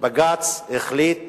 ובג"ץ החליט